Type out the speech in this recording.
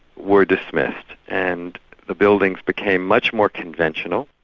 were dismissed, and the buildings became much more conventional,